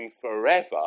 forever